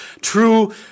true